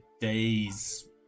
day's